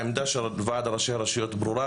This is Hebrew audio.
העמדה של ועד ראשי הרשויות ברורה,